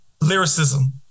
Lyricism